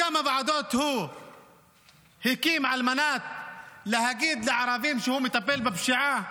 כמה ועדות הוא הקים על מנת להגיד לערבים שהוא מטפל בפשיעה?